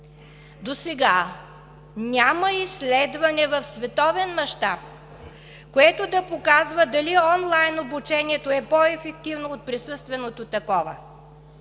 Досега няма изследване в световен мащаб, което да показва дали онлайн обучението е по-ефективно от присъственото такова.